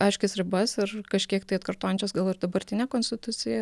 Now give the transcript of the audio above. aiškias ribas ir kažkiek tai atkartojančios gal ir dabartinę konstituciją